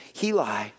Heli